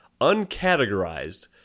uncategorized